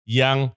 yang